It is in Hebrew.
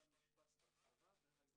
היום אנחנו נדליק את הנר השמיני והאחרון.